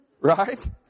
right